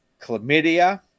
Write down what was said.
Chlamydia